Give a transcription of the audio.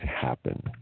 happen